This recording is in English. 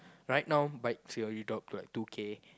right now bike C_O_E drop to like two K